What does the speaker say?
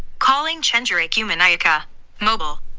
calling chenjerai koo-muh-nye-ah-ka mobile.